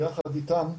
ביחד איתם,